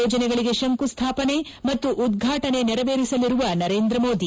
ಯೋಜನೆಗಳಿಗೆ ಶಂಕುಸ್ಥಾಪನೆ ಮತ್ತು ಉದ್ಘಾಟನೆ ನೆರವೇರಿಸಲಿರುವ ನರೇಂದ್ರ ಮೋದಿ